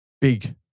Big